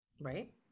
Right